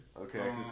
Okay